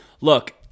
look